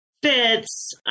Fits